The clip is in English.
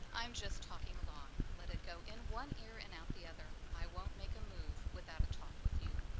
i'm just talking along, let it go in one ear and out the other. i won't make a move without a talk with you.